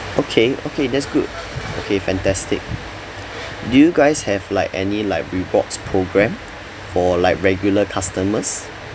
okay okay that's good okay fantastic do you guys have like any like rewards programme for like regular customers